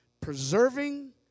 Preserving